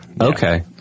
Okay